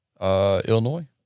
Illinois